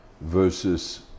versus